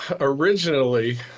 originally